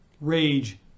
rage